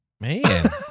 Man